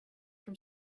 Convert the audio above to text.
from